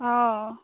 অ